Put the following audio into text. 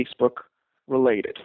Facebook-related